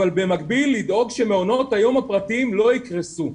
אבל במקביל לדאוג שמעונות היום הפרטיים לא יקרסו.